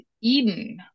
Eden